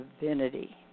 divinity